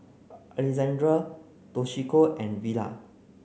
Alejandra Toshiko and Villa